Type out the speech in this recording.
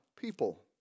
people